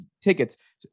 tickets